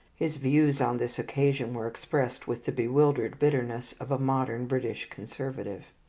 his views on this occasion were expressed with the bewildered bitterness of a modern british conservative.